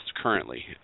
currently